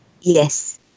yes